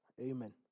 amen